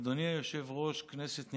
אדוני היושב-ראש, כנסת נכבדה,